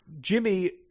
Jimmy